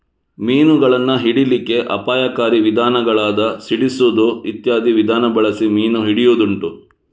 ಮೀನುಗಳನ್ನ ಹಿಡೀಲಿಕ್ಕೆ ಅಪಾಯಕಾರಿ ವಿಧಾನಗಳಾದ ಸಿಡಿಸುದು ಇತ್ಯಾದಿ ವಿಧಾನ ಬಳಸಿ ಮೀನು ಹಿಡಿಯುದುಂಟು